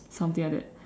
something like that